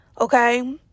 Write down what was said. Okay